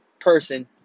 person